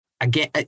again